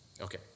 Okay